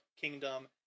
kingdom